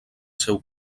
seu